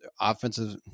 offensive